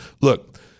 Look